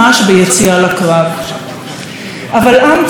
אבל עם צריך חזון משותף שקשור אלינו,